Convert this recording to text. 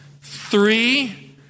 Three